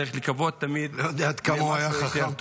צריך לקוות תמיד למשהו יותר טוב.